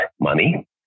money